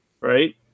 right